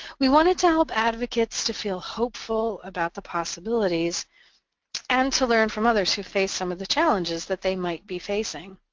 we wanted to help advocates to feel hopeful about the possibilities and to learn from others who have faced some of the challenges that they might be facing.